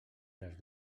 les